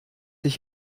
ich